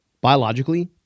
Biologically